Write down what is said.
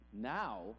Now